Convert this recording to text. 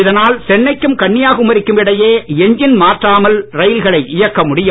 இதனால் சென்னைக்கும் கன்னியாகுமரிக்கும் இடையே எஞ்சின் மாற்றாமல் ரயில்களை இயக்க முடியும்